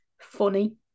funny